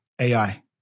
AI